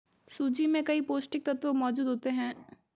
सूजी में कई पौष्टिक तत्त्व मौजूद होते हैं